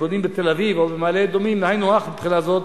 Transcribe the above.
אם בונים בתל-אביב או במעלה-אדומים זה היינו הך מבחינה זו,